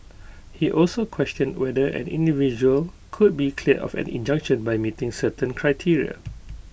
he also questioned whether an individual could be cleared of an injunction by meeting certain criteria